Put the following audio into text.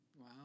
Wow